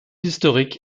historique